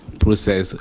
process